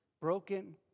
broken